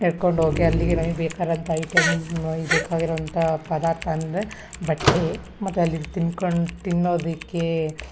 ನಡ್ಕೊಂಡು ಹೋಗಿ ಅಲ್ಲಿಗೆ ನಮಿಗೆ ಬೇಕಾದಂತ ಐಟಮ್ ಈ ಬೇಕಾಗಿರೋ ಅಂಥ ಪದಾರ್ಥ ಅಂದರೆ ಬಟ್ಟೆ ಮತ್ತು ಅಲ್ಲಿ ತಿನ್ಕೊಂಡು ತಿನ್ನೋದಕ್ಕೆ